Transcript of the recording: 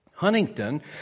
Huntington